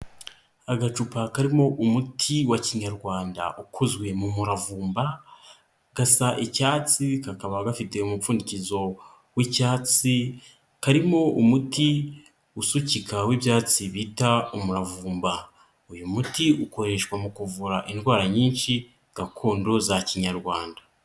Agacupa karimo umuti wa Kinyarwanda ukozwe mu muravumba, gasa icyatsi, kakaba gafite umupfundikizo w'icyatsi, karimo umuti usukika w'ibyatsi bita umuravumba, uyu muti ukoreshwa mu kuvura indwara nyinshi gakondo za Kinyarwanda.